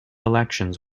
elections